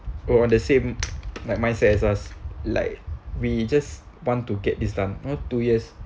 on the same like mindset as us like we just want to get this done not two years